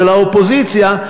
של האופוזיציה,